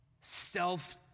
self